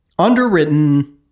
underwritten